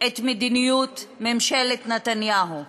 את מדיניות ממשלת נתניהו: